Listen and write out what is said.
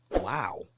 wow